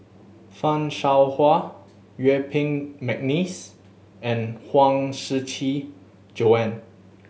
Fan Shao Hua Yuen Peng McNeice and Huang Shiqi Joan